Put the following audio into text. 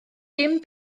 dim